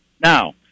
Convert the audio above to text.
Now